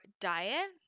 diet